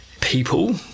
people